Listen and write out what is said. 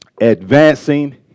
Advancing